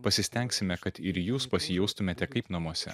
pasistengsime kad ir jūs pasijaustumėte kaip namuose